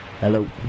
Hello